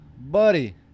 buddy